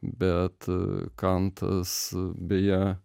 bet kantas beje